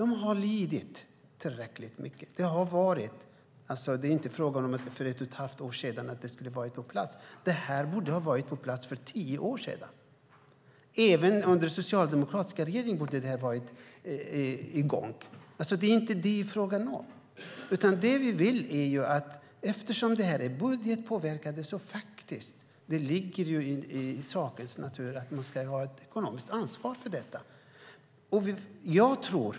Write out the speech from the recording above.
De har lidit tillräckligt mycket. Det är inte fråga om att detta skulle ha varit på plats för ett och ett halvt år sedan; det borde ha varit på plats för tio år sedan. Även under den socialdemokratiska regeringen borde detta ha varit i gång. Det är inte sådant det är fråga om, utan det är att det faktiskt ligger i sakens natur att ta ett ekonomiskt ansvar för detta eftersom det är budgetpåverkande.